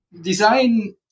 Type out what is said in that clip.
design